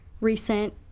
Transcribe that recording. recent